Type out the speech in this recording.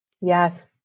Yes